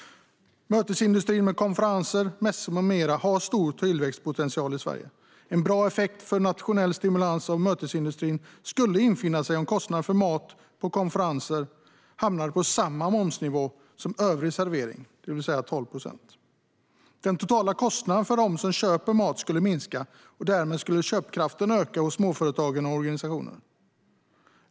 Mötesindustrin med konferenser, mässor med mera har stor tillväxtpotential i Sverige. En bra effekt för nationell stimulans av mötesindustrin skulle infinna sig om kostnader för mat på konferenser hamnade på samma momsnivå som övrig servering, det vill säga 12 procent. Den totala kostnaden för dem som köper mat skulle minska, och därmed skulle köpkraften öka hos småföretag och organisationer.